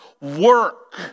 work